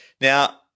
Now